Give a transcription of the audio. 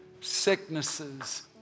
sicknesses